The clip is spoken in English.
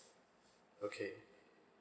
okay